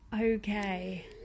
okay